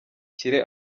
nshyire